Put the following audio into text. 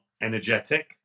energetic